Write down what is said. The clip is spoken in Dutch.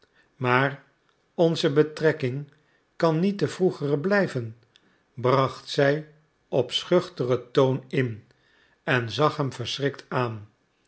maar onze betrekking kan niet de vroegere blijven bracht zij op schuchteren toon in en zag hem verschrikt aan